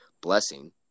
blessing